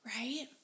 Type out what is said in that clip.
right